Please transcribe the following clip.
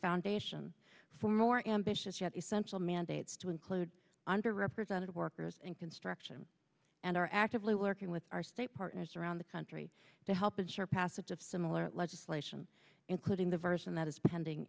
foundation for more ambitious yet essential mandates to include under represented workers and construction and are actively working with our state partners around the country to help ensure passage of similar legislation including the version that is pending